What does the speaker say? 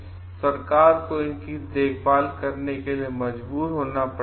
और सरकार को इनकी देखभाल करने के लिए मजबूर होना होगा